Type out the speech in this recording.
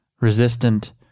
resistant